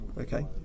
Okay